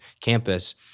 campus